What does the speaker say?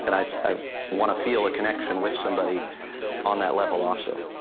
and i i want to feel a connection with somebody on that level. ah so